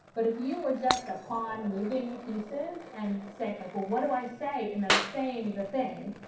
but if you were just a pawn moving pieces and say like, well, what do i say? and then saying the thing,